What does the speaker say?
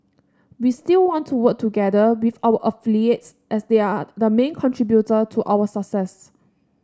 we still want to work together with our affiliates as they are the main contributor to our success